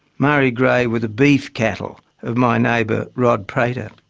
murray grey were the beef cattle of my neighbour rod prater.